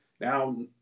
Now